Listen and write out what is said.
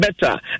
better